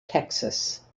texas